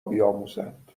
بیاموزند